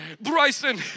Bryson